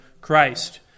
Christ